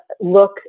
look